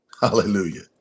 hallelujah